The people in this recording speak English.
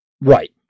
Right